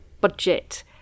budget